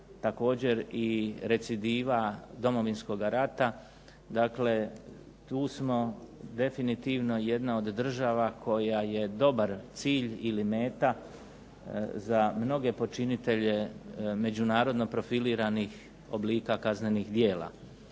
također i recidiva Domovinskoga rata, dakle tu smo definitivno jedna od država koja je dobar cilj ili meta za mnoge počinitelje međunarodno profiliranih oblika kaznenih djela.